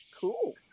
Cool